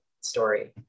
story